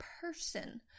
person